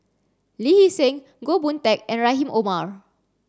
Lee Hee Seng Goh Boon Teck and Rahim Omar